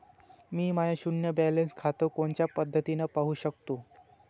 मी माय शुन्य बॅलन्स खातं कोनच्या पद्धतीनं पाहू शकतो?